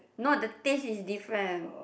no the taste is different